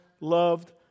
loved